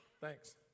Thanks